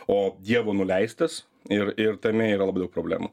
o dievo nuleistas ir ir tame yra labai daug problemų